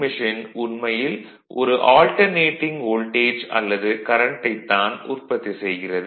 machine உண்மையில் ஒரு alternating voltage அல்லது கரண்ட்டைத் தான் உற்பத்தி செய்கிறது